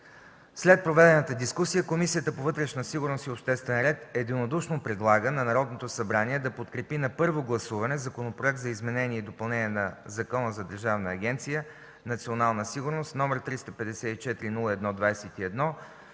След проведената дискусия Комисията по вътрешна сигурност и обществен ред единодушно предлага на Народното събрание да подкрепи на първо гласуване Законопроект за изменение и допълнение на Закона за Държавна агенция „Национална сигурност”, № 354-01-21,